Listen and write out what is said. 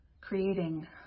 creating